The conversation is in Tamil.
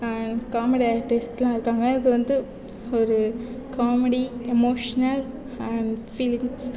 காமெடி ஆர்டிஸ்யெட்லாம் இருக்காங்க இது வந்து ஒரு comedy emotional and feelings and